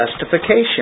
justification